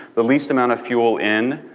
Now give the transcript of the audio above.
the least amount of fuel in,